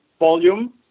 volume